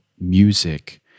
music